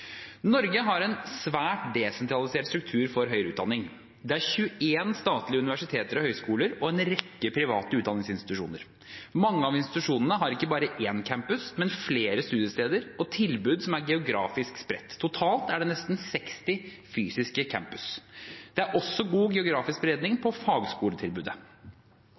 Norge har en svært desentralisert struktur for høyere utdanning. Det er 21 statlige universiteter og høyskoler og en rekke private utdanningsinstitusjoner. Mange av institusjonene har ikke bare én campus, men flere studiesteder og tilbud som er geografisk spredt. Totalt er det nesten 60 fysiske campuser. Det er også god geografisk spredning av fagskoletilbudet.